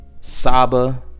Saba